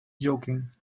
joking